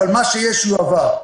אבל מה שיש יועבר.